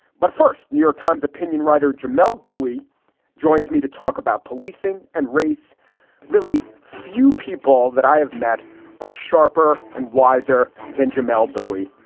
but first, new york times opinion writer jamelle bouie joins me to talk about policing and race really few people that i have met are sharper and wiser than jamelle bouie.